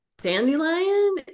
dandelion